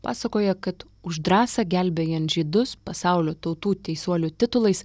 pasakoja kad už drąsą gelbėjant žydus pasaulio tautų teisuolių titulais